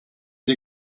die